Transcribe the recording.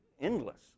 endless